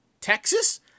Texas